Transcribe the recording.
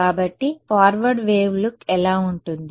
కాబట్టి forward wave look ఎలా ఉంటుంది